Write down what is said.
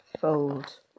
fold